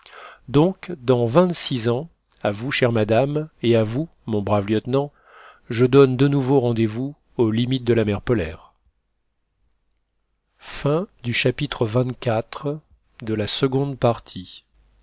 donc dans vingt-six ans à vous chère madame et à vous mon brave lieutenant je donne de nouveau rendez-vous aux limites de la mer polaire